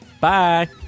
Bye